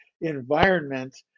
environment